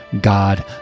God